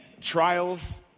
trials